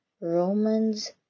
Romans